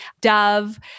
Dove